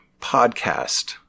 podcast